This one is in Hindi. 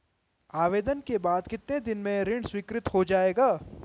आवेदन के बाद कितने दिन में ऋण स्वीकृत हो जाएगा?